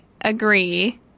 agree